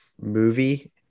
movie